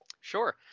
Sure